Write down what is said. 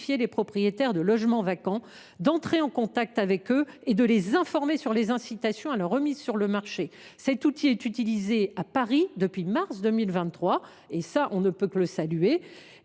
les propriétaires de logements vacants, d’entrer en contact avec eux et de les informer sur les incitations à la remise sur le marché. Cet outil est utilisé à Paris depuis mars 2023, et nous ne pouvons que le saluer.